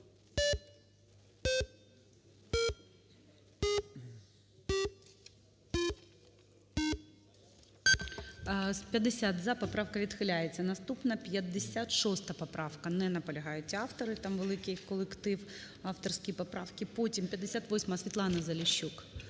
За-50 Поправка відхиляється. Наступна 56 поправка. Не наполягають автори. Там великий колектив авторський поправки. Потім 58-а. Світлана Заліщук.